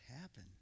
happen